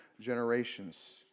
generations